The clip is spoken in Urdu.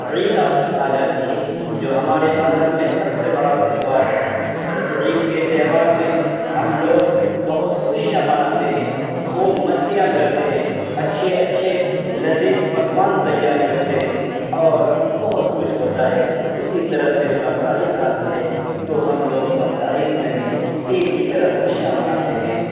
عید آ آ جاتی ہے جو ہمارے مذہب میں سب سے بڑا تہوار ہے اس عید کے تہوار میں ہم لوگ بہت خوشیاں مناتے ہیں خوب مستیاں کرتے ہیں اچھے اچھے لذیذ پکوان تیار کرتے ہیں اور بہت کچھ ہوتا ہے اسی طرح پھر بقرعید آتی ہے تو ہم لوگ بقرعید میں بھی عید کی طرح خوشیاں مناتے ہیں